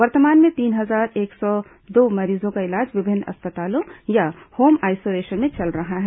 वर्तमान में तीन हजार एक सौ दो मरीजों का इलाज विभिन्न अस्पतालों या होम आइसोलेशन में चल रहा है